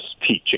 teaching